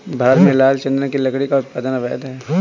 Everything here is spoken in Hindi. भारत में लाल चंदन की लकड़ी का उत्पादन अवैध है